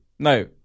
No